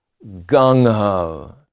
Gung-ho